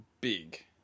big